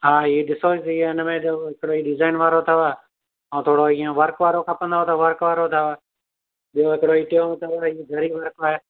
हा हीउ ॾिसो हीउ हिन में हिकिड़ो डिज़ाइन वारो अथव ऐं थोरो हीअ वर्क़ वारो खपंदव त वर्क़ वारो अथव ॿियो हिकिड़ो टियों अथव हीउ ज़री वर्क़ अथव